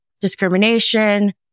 discrimination